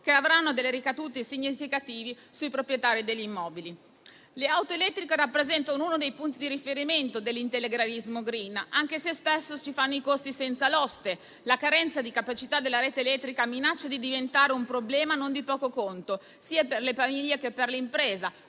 che avranno ricadute significative sui proprietari degli immobili. Le auto elettriche rappresentano uno dei punti di riferimento dell'integralismo *green*, anche se spesso si fanno i conti senza l'oste. La carenza di capacità della rete elettrica minaccia di diventare un problema non di poco conto sia per le famiglie sia per le imprese